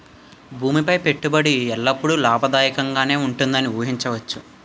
భూమి పై పెట్టుబడి ఎల్లప్పుడూ లాభదాయకంగానే ఉంటుందని ఊహించవచ్చు